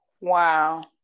Wow